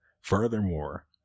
Furthermore